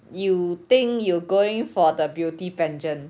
you think you going for the beauty pageant